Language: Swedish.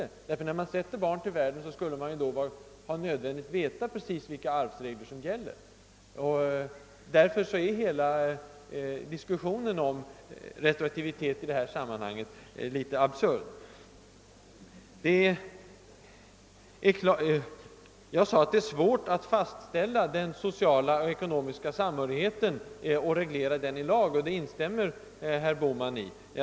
Man skulle i så fall när man sätter barn till världen behöva veta vilka arvsregler som kommer att gälla i framtiden. Därför anser jag att hela diskussionen om retroaktivitet i detta sammanhang är litet absurd. Jag sade att det är svårt att fastställa den sociala och ekonomiska samhörigheten och reglera den i lag. I detta instämmer herr Bohman.